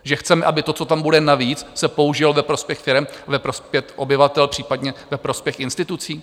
Že chceme, aby to, co tam bude navíc, se použilo ve prospěch firem, ve prospěch obyvatel, případně ve prospěch institucí?